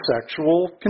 sexual